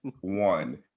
one